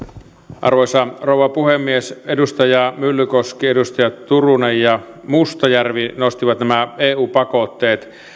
arvoisa rouva puhemies edustaja myllykoski edustaja turunen ja edustaja mustajärvi nostivat nämä eu pakotteet